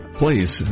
please